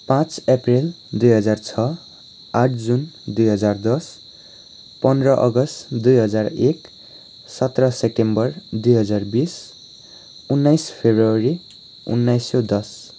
पाँच अप्रेल दुई हजार छ आठ जुन दुई हजार दस पन्ध्र अगस्त दुई हजार एक सत्र सेप्टेम्बर दुई हजार बिस उन्नाइस फेब्रुअरी उन्नाइस सौ दस